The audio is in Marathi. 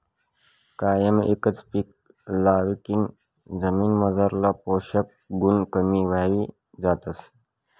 कायम एकच पीक लेवाकन जमीनमझारला पोषक गुण कमी व्हयी जातस